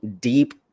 deep